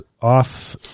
off